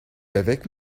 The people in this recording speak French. avec